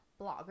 blogger